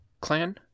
clan